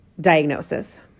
diagnosis